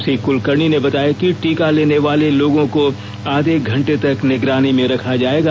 श्री कुलकर्णी ने बताया कि टीका लेने वाले लोगों को आधे घंटे तक निगरानी में रखा जाएगा